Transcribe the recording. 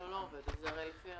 אבל יש דאגה רבה ברשויות הערביות מזה